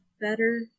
better